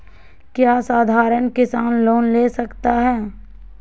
क्या साधरण किसान लोन ले सकता है?